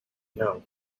know